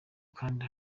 kandi